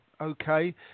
Okay